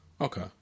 Okay